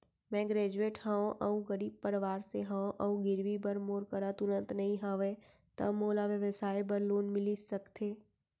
मैं ग्रेजुएट हव अऊ गरीब परवार से हव अऊ गिरवी बर मोर करा तुरंत नहीं हवय त मोला व्यवसाय बर लोन मिलिस सकथे?